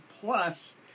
plus